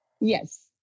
Yes